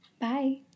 Bye